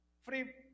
free